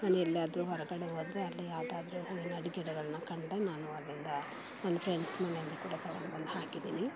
ನಾನು ಎಲ್ಲಿಯಾದರೂ ಹೊರಗಡೆ ಹೋದರೆ ಅಲ್ಲಿ ಯಾವುದಾದ್ರೂ ಹೂವಿನ ಗಿಡಗಳನ್ನ ಕಂಡರೆ ನಾನು ಅಲ್ಲಿಂದ ನನ್ನ ಫ್ರೆಂಡ್ಸ್ ಮನೆಯಿಂದ ಕೂಡ ತೊಗೊಂಡು ಬಂದು ಹಾಕಿದ್ದೀನಿ